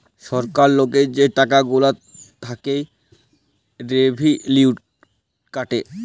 ছরকার লকের যে টাকা গুলা থ্যাইকে রেভিলিউ কাটে